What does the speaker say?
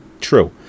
True